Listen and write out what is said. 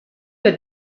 der